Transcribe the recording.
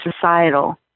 societal